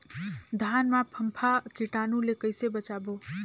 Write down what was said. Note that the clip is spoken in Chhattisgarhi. धान मां फम्फा कीटाणु ले कइसे बचाबो?